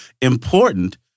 important